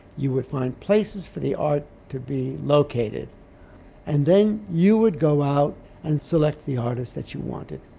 you would find places for the art to be located and then you would go out and select the artist that you wanted.